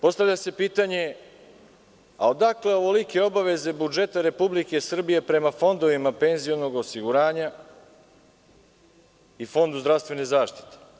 Postavlja se pitanje – odakle ovolike obaveze budžeta Republike Srbije prema fondovima penzionog osiguranja i Fondu zdravstvene zaštite?